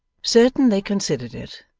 certain they considered it,